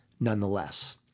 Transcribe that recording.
nonetheless